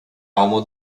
alma